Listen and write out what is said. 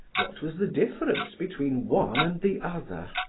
what was the difference between one and the other?